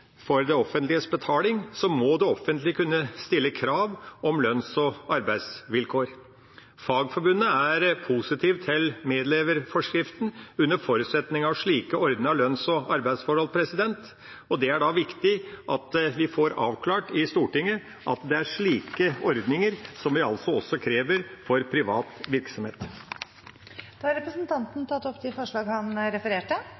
for det offentliges regning, må det offentlige kunne stille krav til lønns- og arbeidsvilkår. Fagforbundet stiller seg positivt til medleverforskriften, under forutsetning av slike ordnede lønns- og arbeidsforhold. Det er viktig at vi får avklart i Stortinget at vi krever slike ordninger også for privat virksomhet. Representanten Per Olaf Lundteigen har tatt opp de forslagene han refererte